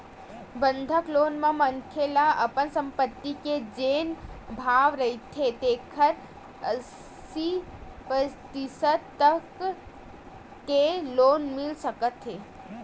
बंधक लोन म मनखे ल अपन संपत्ति के जेन भाव रहिथे तेखर अस्सी परतिसत तक के लोन मिल सकत हे